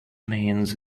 means